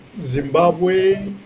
Zimbabwe